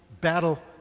battle